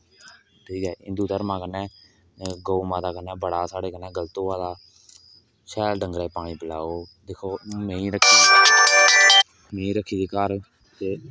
ठीक ऐ हिदु घर्में कन्ने गो माता कन्नै बड़ा साढ़े कन्नै गल्त होआ दा शैल डंगरे गी पानी पिलाओ दिक्खो मेहीं रक्खी दियां मेहीं रक्खी दी घार